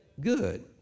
good